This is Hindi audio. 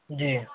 जी